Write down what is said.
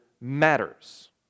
matters